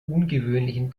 ungewöhnlichen